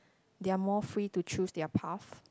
they are more free to choose their path